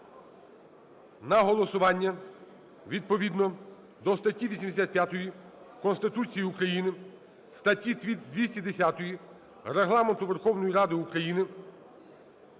на голосування відповідно до статті 85 Конституції України, статті 210 Регламенту Верховної Ради України